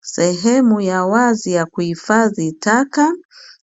Sehemu ya wazi ya kuhifadhi taka